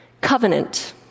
Covenant